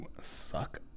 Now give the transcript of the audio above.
suck